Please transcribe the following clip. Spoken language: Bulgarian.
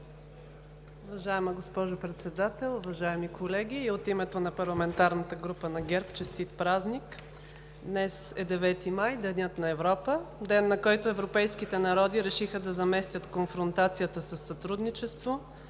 ден, на който европейските народи решиха да заместят конфронтацията със сътрудничество,